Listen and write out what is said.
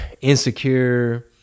insecure